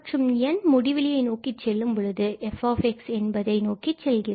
மற்றும் இது n முடிவிலியை நோக்கிச் செல்லும் பொழுது f என்பதை நோக்கி செல்கிறது